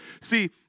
See